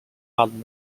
but